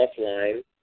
offline